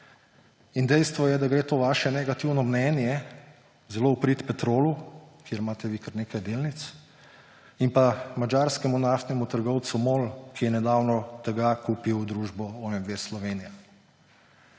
dejstvo je, da gre to vaše negativno mnenje zelo v prid Petrolu – kjer imate vi kar nekaj delnic – in pa madžarskemu naftnemu trgovcu MOL, ki je nedavno tega kupil družbo OMV Slovenija.